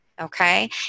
Okay